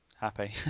happy